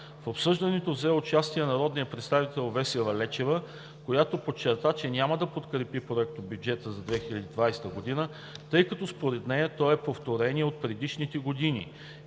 В обсъждането взе участие народният представител Весела Лечева, която подчерта, че няма да подкрепи проектобюджета за 2020 г., тъй като според нея той е повторение от предишните години